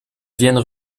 viennent